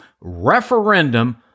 referendum